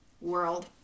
world